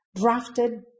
drafted